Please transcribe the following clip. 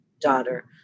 daughter